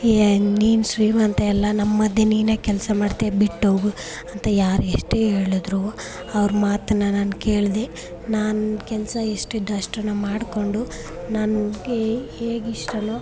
ಏಯ್ ನೀನು ಶ್ರೀಮಂತೆ ಅಲ್ಲ ನಮ್ಮ ಮಧ್ಯೆ ನೀನ್ಯಾಕೆ ಕೆಲಸ ಮಾಡ್ತೀಯಾ ಬಿಟ್ಟೋಗು ಅಂತ ಯಾರು ಎಷ್ಟೇ ಹೇಳಿದ್ರು ಅವ್ರ ಮಾತನ್ನು ನಾನು ಕೇಳಿದೆ ನಾನು ಕೆಲಸ ಎಷ್ಟಿದೆ ಅಷ್ಟನ್ನೂ ಮಾಡಿಕೊಂಡು ನನಗೆ ಹೇಗಿಷ್ಟವೋ